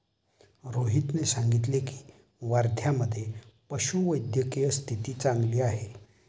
रोहितने सांगितले की, वर्ध्यामधे पशुवैद्यकीय स्थिती चांगली आहे